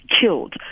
killed